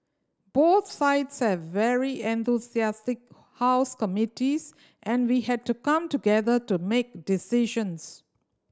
both sides have very enthusiastic house committees and we had to come together to make decisions